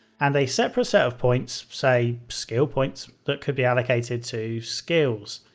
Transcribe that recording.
and a separate set of points, say, skill points, that could be allocated to skills.